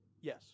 Yes